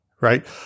right